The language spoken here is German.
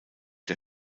der